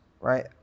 right